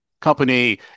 company